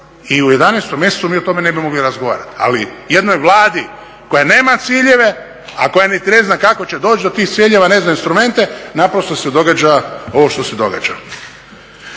i u 11. mjesecu mi o tome ne bi mogli razgovarati. Ali jednoj Vladi koja nema ciljeve, a koja niti ne zna kako će doći do tih ciljeva, ne zna instrumente, naprosto se događa ovo što se događa.